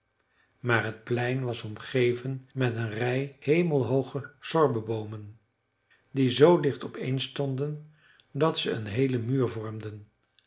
maar t plein was omgeven met een rij hemelhooge sorbeboomen die z dicht opeen stonden dat ze een heelen muur vormden